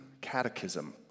catechism